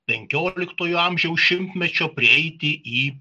penkioliktojo amžiaus šimtmečio prieiti į